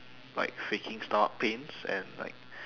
like faking stomach pains and like